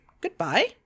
Goodbye